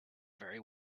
very